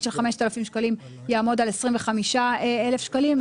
של 5,000 שקלים יעמוד על 25,000 שקלים.